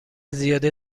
زیاده